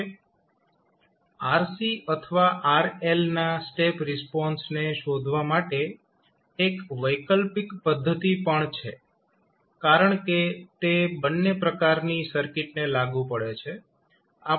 હવે RC અથવા RL ના સ્ટેપ રિસ્પોન્સને શોધવા માટે એક વૈકલ્પિક પદ્ધતિ પણ છે કારણ કે તે બંને પ્રકારની સર્કિટને લાગુ પડે છે